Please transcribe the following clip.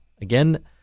Again